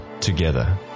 together